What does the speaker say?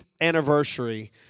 anniversary